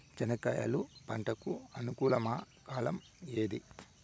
చెనక్కాయలు పంట కు అనుకూలమా కాలం ఏది?